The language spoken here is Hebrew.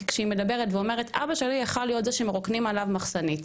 כי כשהיא מדברת ואומרת "אבא שלי יכל להיות זה שמרוקנים עליו מחסנית